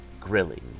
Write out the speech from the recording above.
grilling